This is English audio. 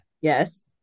yes